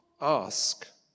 ask